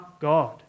god